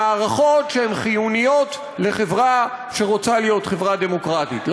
ובמערכות שהן חיוניות לחברה שרוצה להיות חברה דמוקרטית.